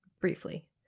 briefly